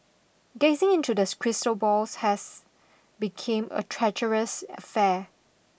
gazing into the crystal ball has become a treacherous affair